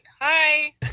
Hi